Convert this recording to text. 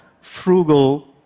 frugal